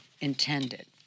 intended